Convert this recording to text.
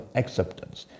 acceptance